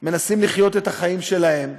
מנסים לחיות את החיים שלהם,